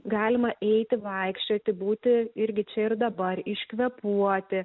galima eiti vaikščioti būti irgi čia ir dabar iškvėpuoti